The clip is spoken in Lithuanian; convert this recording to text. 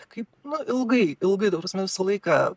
kaip nu ilgai ilgai ta prasme visą laiką